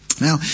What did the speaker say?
Now